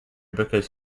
because